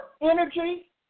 energy